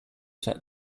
said